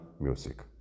music